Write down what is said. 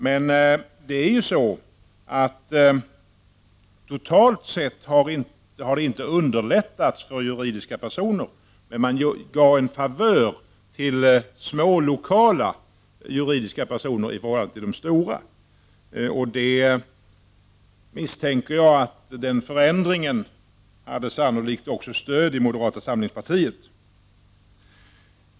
Men totalt sett har det inte underlättats för juridiska personer. Man gav dock en favör till små, lokala juridiska personer i förhållande till de stora. Jag misstänker att den förändringen sannolikt också hade stöd i moderata samlingspartiet.